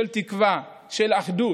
של תקווה, של אחדות.